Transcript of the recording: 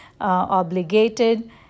obligated